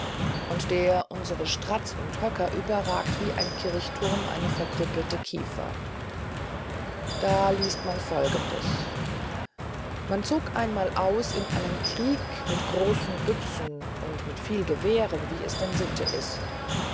und unsere stratz und höcker überragt wie ein kirchturm eine verkrüppelte kiefer da liest man folgendes man zog einmal aus in einen krieg mit großen büchsen und mit viel gewehren wie es denn sitte ist